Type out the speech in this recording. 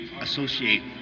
associate